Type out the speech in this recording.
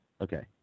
Okay